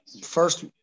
first